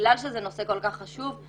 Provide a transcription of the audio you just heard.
בגלל שזה נושא כל כך חשוב,